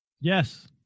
Yes